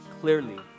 clearly